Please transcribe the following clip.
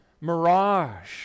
mirage